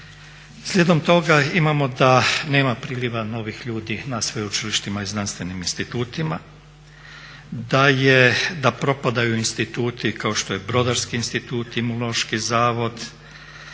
slijedom toga imamo da nema priljeva novih ljudi na sveučilištima i znanstvenim institutima, da propadaju instituti kao što je Brodarski institut, Imunološki zavod.